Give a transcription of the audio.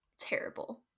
terrible